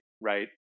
right